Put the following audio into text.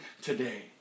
today